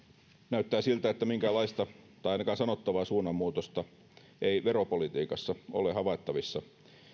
näyttää siltä että minkäänlaista tai ainakaan sanottavaa suunnanmuutosta ei veropolitiikassa ole havaittavissa